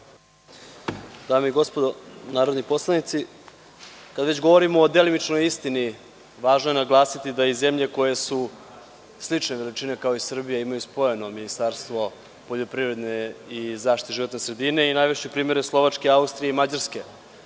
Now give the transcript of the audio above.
Dame i gospodo narodni poslanici, kada već govorimo o delimičnoj istini, važno je naglasiti da zemlje koje su slične veličine kao i Srbija imaju spojeno ministarstvo poljoprivredne i zaštite životne sredine i najvešću primere Slovačke, Austrije i Mađarske. Važno